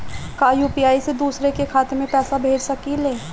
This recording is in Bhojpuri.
का यू.पी.आई से दूसरे के खाते में पैसा भेज सकी ले?